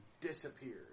disappeared